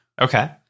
Okay